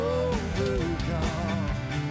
overcome